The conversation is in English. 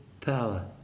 power